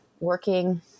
working